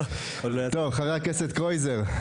חבר הכנסת קרויזר,